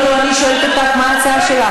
שונאת ישראל.